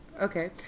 Okay